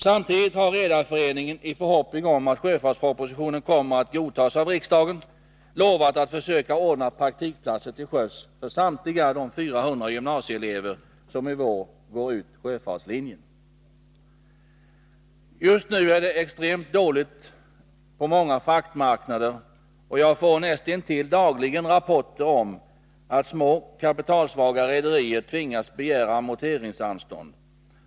Samtidigt har Redareföreningen, i förhoppning om att sjöfartspropositionen kommer att godtas av riksdagen, lovat att försöka ordna praktikplatser till sjöss för samtliga de 400 gymnasieelever som i vår går ut sjöfartslinjen. Just nu är det extremt dåligt på många fraktmarknader, och jag får nästintill dagligen rapporter om att små kapitalsvaga rederier tvingas begära amorteringsanstånd.